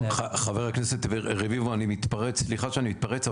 חה"כ רביבו, סליחה שאני מתפרץ.